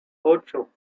ocho